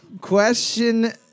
Question